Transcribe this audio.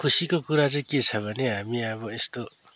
खुसीको कुरा चाहिँ के छ भने हामी अब यस्तो